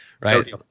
right